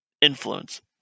influence